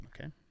okay